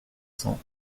cents